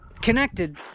connected